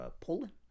Poland